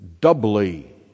doubly